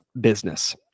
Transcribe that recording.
business